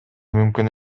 мүмкүн